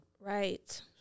Right